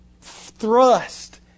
thrust